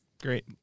Great